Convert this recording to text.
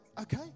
okay